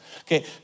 Okay